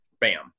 bam